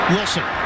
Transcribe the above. Wilson